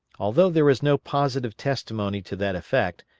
although there is no positive testimony to that effect,